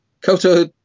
koto